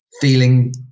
feeling